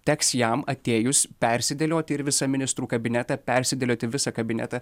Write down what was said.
teks jam atėjus persidėlioti ir visą ministrų kabinetą persidėlioti visą kabinetą